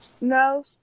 No